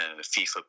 fifa